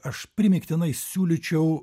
aš primygtinai siūlyčiau